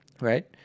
right